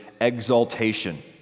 exaltation